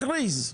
הכריז.